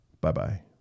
Bye-bye